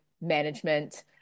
management